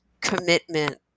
commitment